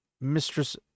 Mistress